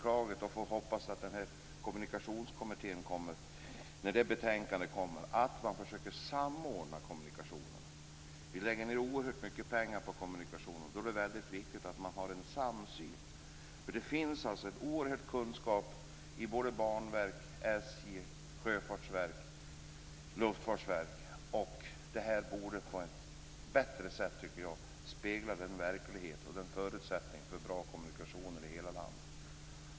Vi får hoppas att man, när den här kommunikationskommitténs betänkande kommer, försöker samordna kommunikationerna. Vi lägger ned oerhört mycket pengar på kommunikationer. Då är det väldigt viktigt att man har en samsyn. Det finns en oerhörd kunskap i Banverket, SJ, Sjöfartsverket och Luftfartsverket, och man borde på ett bättre sätt spegla verkligheten och förutsättningarna för bra kommunikationer i hela landet.